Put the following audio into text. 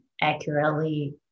accurately